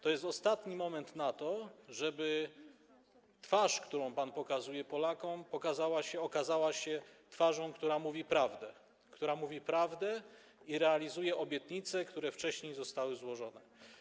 To jest ostatni moment na to, żeby twarz, którą pan pokazuje Polakom, okazała się twarzą, która mówi prawdę, która mówi prawdę i realizuje obietnice, które wcześniej zostały złożone.